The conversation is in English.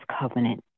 covenant